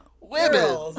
women